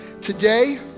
Today